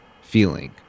feeling